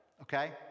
okay